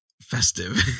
festive